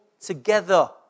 together